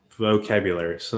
vocabulary